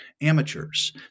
amateurs